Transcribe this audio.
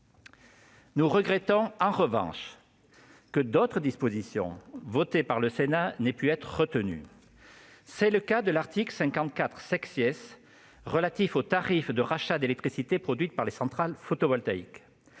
Nous regrettons, en revanche, que d'autres dispositions votées par le Sénat n'aient pu être retenues. C'est le cas de l'article 54 relatif aux tarifs de rachat d'électricité produite par les centrales photovoltaïques.